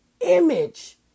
image